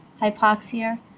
hypoxia